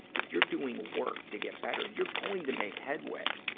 if you're doing work to get better, you're going to make headway.